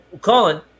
Colin